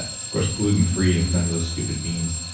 of course, gluten free with none of those stupid beans.